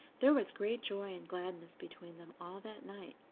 there was great joy and gladness between them all that night,